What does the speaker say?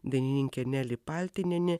dainininkė neli paltinienė